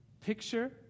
Picture